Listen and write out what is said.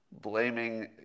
blaming